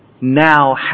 now